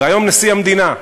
והיום נשיא המדינה,